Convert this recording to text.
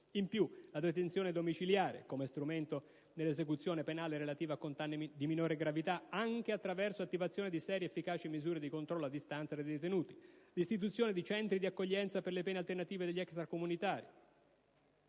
In più, la detenzione domiciliare come strumento dell'esecuzione penale relativa a condanne di minore gravità, anche attraverso l'attivazione di serie ed efficaci misure di controllo a distanza dei detenuti; l'istituzione di centri di accoglienza per le pene alternative degli extracomunitari;